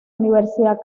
universidad